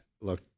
look